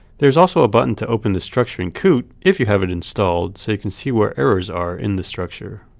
there is also a button to open the structure in coot, if you have it installed, so you can see where errors are in the structure.